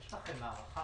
יש לכם הערכה,